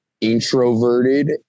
introverted